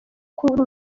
kuri